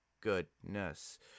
goodness